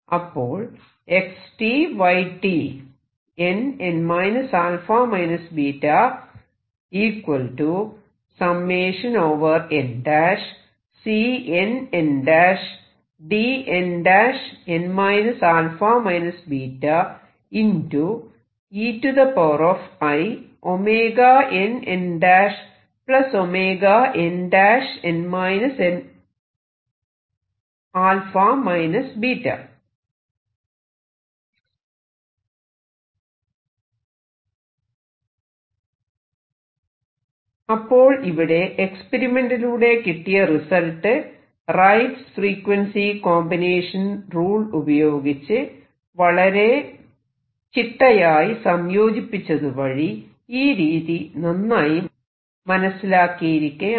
അപ്പോൾ അപ്പോൾ ഇവിടെ എക്സ്പെരിമെന്റിലൂടെ കിട്ടിയ result Wright's frequency combination rule ഉപയോഗിച്ച് വളരെ ചിട്ടയായി സംയോജിപ്പിച്ചതുവഴി ഈ രീതി നന്നായി മനസിലാക്കിയിരിക്കയാണ്